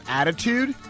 attitude